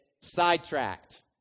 sidetracked